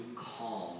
calm